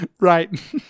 right